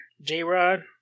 J-Rod